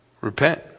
repent